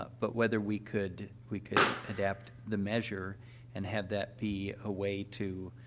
ah but whether we could we could adapt the measure and have that be a way to,